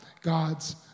God's